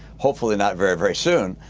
hopefully not very, very soon.